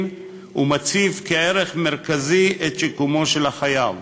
ומציב כערך מרכזי את שיקומו של החייב.